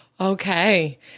Okay